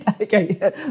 Okay